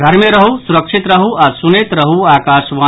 घर मे रहू सुरक्षित रहू आ सुनैत रहू आकाशवाणी